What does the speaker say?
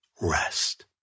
rest